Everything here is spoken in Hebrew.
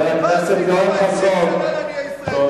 מה עשיתם לעניי ישראל?